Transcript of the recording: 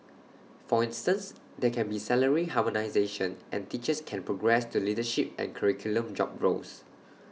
for instance there can be salary harmonisation and teachers can progress to leadership and curriculum job roles